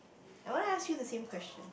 I want ask you the same question